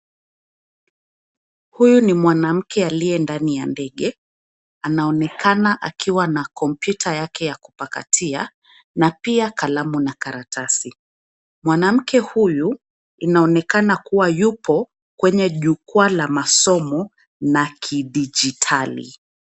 Huyu ni mwanamke aliye ndani ya ndege. Anaonekana akiwa na kompyuta yake ya kupakatia na pia kalamu na karatasi. Mwanamke huyu inaonekana kuwa yupo kwenye jukwaa la masomo na kidijitali.